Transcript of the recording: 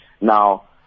Now